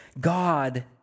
God